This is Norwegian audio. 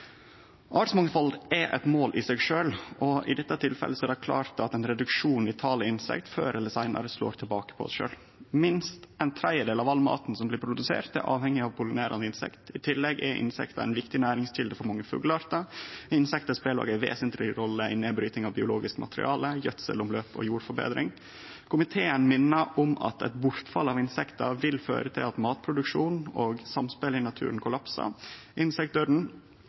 seg sjølv, og i dette tilfellet er det klart at ein reduksjon i talet på insekt før eller seinare slår tilbake på oss sjølve. Minst ein tredjedel av all maten som blir produsert, er avhengig av pollinerande insekt. I tillegg er insekt ei viktig næringskjelde for mange fugleartar, og insekt spelar òg ei vesentleg rolle i nedbrytinga av biologisk materiale, gjødselomløp og jordforbetring. Komiteen minner om at eit bortfall av insekta vil føre til at matproduksjonen og samspelet i naturen kollapsar.